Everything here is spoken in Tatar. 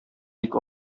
бик